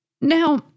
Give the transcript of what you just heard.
Now